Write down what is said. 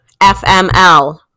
FML